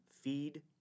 feed